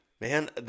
man